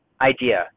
idea